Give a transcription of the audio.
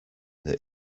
that